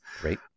Great